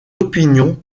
opinions